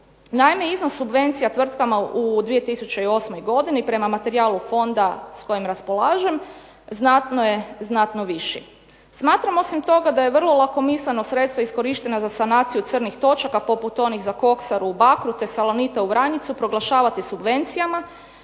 Naime, iznos subvencija tvrtkama u 2008. godini prema materijalu fonda s kojim raspolažem znatno je, znatno viši. Smatram osim toga da je vrlo lakomisleno sredstvo iskorišteno za sanaciju crnih točaka poput onih za koksaru u Bakru, te Salonita u Vranjicu proglašavati subvencijama,